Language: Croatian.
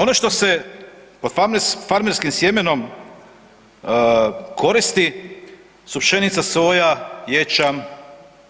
Ono što se pod farmerskim sjemenom koristi su pšenica, soja, ječam